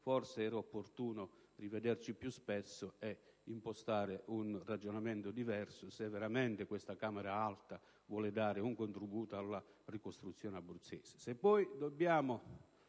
forse era opportuno vedersi più spesso e impostare un ragionamento diverso, se veramente questa Camera Alta vuole dare un contributo alla ricostruzione abruzzese.